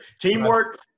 Teamwork